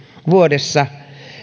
vuodessa